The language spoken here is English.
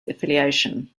affiliation